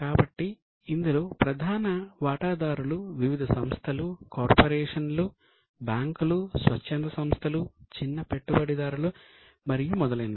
కాబట్టి ఇందులో ప్రధాన వాటాదారులు వివిధ సంస్థలు కార్పొరేషన్లు బ్యాంకులు స్వచ్ఛంద సంస్థలు చిన్న పెట్టుబడిదారులు మరియు మొదలైనవి